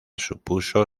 supuso